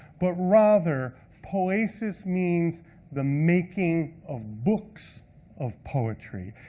but rather poesis means the making of books of poetry.